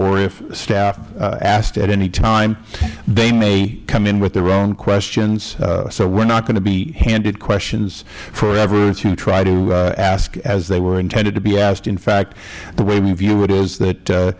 or if staff asked at any time they may come in with their own questions so we are not going to be handed questions forever to try to ask as they were intended to be asked in fact the way we view it is that